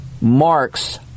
marks